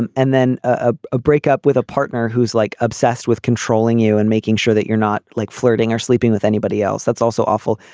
and and then ah a breakup with a partner who's like obsessed with controlling you and making sure that you're not like flirting or sleeping with anybody else that's also awful.